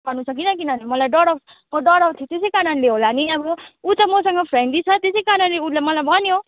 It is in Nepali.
गर्नुछ किन किनभने मलाई डराउँ म डराउँथेँ त्यसै कारणले होला नि अब ऊ त मसँग फ्रेन्डली छ त्यसै कारणले उसले मलाई भन्यो